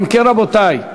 אם כן, רבותי,